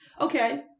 Okay